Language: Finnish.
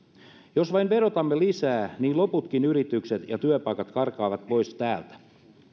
jos vain verotamme lisää loputkin yritykset ja työpaikat karkaavat pois täältä